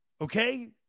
Okay